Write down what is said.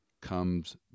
comes